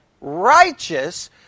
righteous